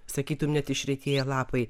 sakytum net išretėję lapai